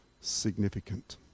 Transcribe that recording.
significant